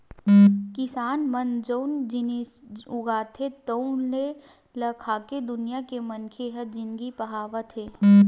किसान मन जउन जिनिस उगाथे तउने ल खाके दुनिया के मनखे ह जिनगी पहावत हे